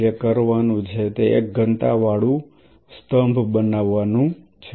જે કરવાનું છે તે એક ઘનતા વાળું સ્તંભ બનાવવાનું છે